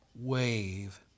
wave